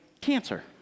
cancer